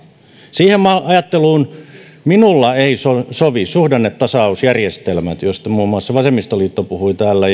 siihen ajatteluun minulla eivät sovi suhdannetasausjärjestelmät joista muun muassa vasemmistoliitto puhui täällä